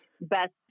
best